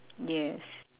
yes